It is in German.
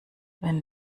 wenn